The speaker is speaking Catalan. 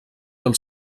del